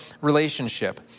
relationship